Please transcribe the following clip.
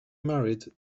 married